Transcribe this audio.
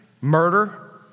murder